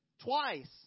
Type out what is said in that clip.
twice